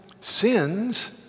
sins